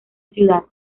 ciudad